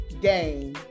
game